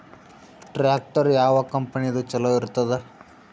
Tractor ಯಾವ ಕಂಪನಿದು ಚಲೋ ಇರತದ?